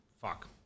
Fuck